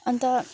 अन्त